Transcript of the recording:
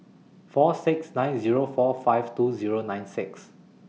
four six nine Zero four five two Zero nine six